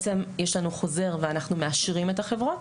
יש לנו חוזר ואנחנו מאשרים את החברות